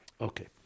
Okay